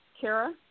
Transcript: Kara